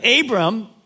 Abram